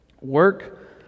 work